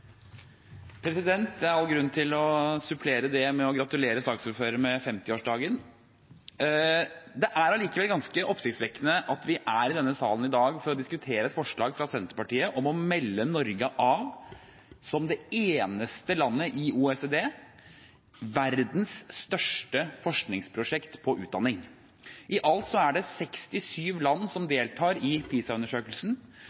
Det er all grunn til å supplere det med å gratulere saksordføreren med 50-årsdagen. Det er allikevel ganske oppsiktsvekkende at vi er i denne salen i dag for å diskutere et representantforslag fra Senterpartiet om å melde Norge av – som det eneste landet i OECD – verdens største forskningsprosjekt innen utdanning. I alt er det 67 land som